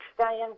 Diane